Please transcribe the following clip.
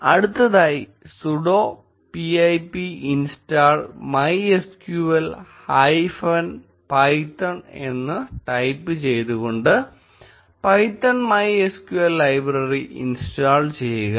അടുത്തതായി sudo pip install MySQL hyphen python എന്ന് type ചെയ്തുകൊണ്ട് പൈത്തൺ MySQL ലൈബ്രറി ഇൻസ്റ്റാൾ ചെയ്യുക